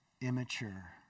immature